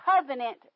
covenant